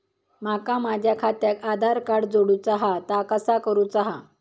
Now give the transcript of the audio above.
माका माझा खात्याक आधार कार्ड जोडूचा हा ता कसा करुचा हा?